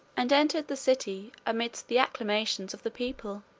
and entered the city, amidst the acclamations of the people.